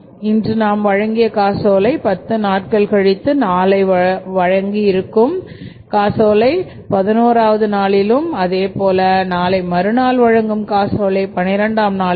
இன்று நாம் வழங்கிய காசோலையை பத்து நாட்கள் கழித்தும் நாளை வழங்கவிருக்கும் காசோலையை 11 வது நாளிலும் அதேபோல நாளை மறுநாள் வழங்கும் காசோலையை 12 நாளில் வரக்கூடும்